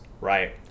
right